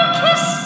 kiss